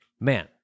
man